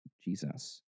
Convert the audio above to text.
Jesus